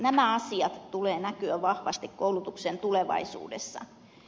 näiden asioiden tulee näkyä vahvasti koulutuksen tulevaisuudessa